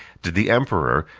did the emperor,